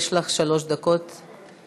יש לך שלוש דקות להתנגד.